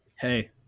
Hey